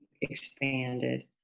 expanded